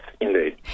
indeed